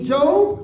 Job